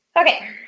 Okay